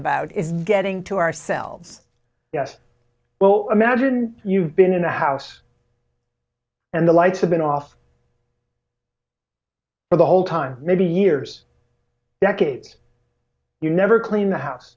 about is getting to ourselves yes well imagine you've been in the house and the lights have been off but the whole time maybe years decades you never clean the house